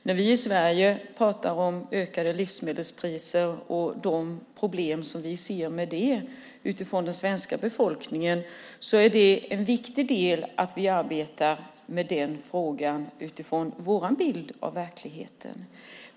När vi i Sverige pratar om ökade livsmedelspriser och de problem som vi ser med det utifrån den svenska befolkningen är en viktig del att vi arbetar med frågan utifrån vår bild av verkligheten.